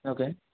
okay